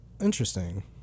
Interesting